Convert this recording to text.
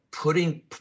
Putting